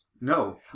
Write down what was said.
No